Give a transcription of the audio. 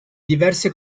diverse